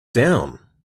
down